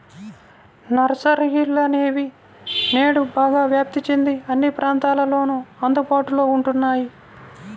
నర్సరీలనేవి నేడు బాగా వ్యాప్తి చెంది అన్ని ప్రాంతాలలోను అందుబాటులో ఉంటున్నాయి